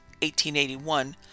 1881